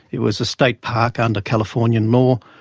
it was a state park under californian law,